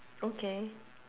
okay